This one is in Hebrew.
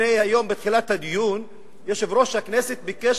היום בתחילת הדיון יושב-ראש הכנסת ביקש